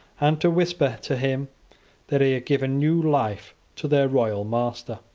and to whisper to him that he had given new life to their royal master.